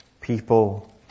people